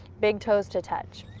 big toes to touch.